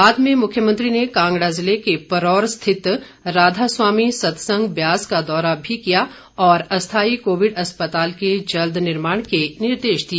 बाद में मुख्यमंत्री ने कांगड़ा जिले के परौर स्थित राधास्वामी सतसंग ब्यास का दौरा भी किया और अस्थाई कोविड अस्पताल के जल्द निर्माण के निर्देश दिए